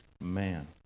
man